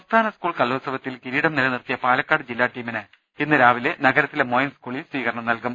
സംസ്ഥാന സ്കൂൾ കലോത്സവത്തിൽ കിരീടം നിലനിർത്തിയ പാലക്കാട് ജില്ലാ ടീമിന് ഇന്ന് രാവിലെ നഗരത്തിലെ മോയൻ സ ്കൂളിൽ സ്വീകരണം നൽകും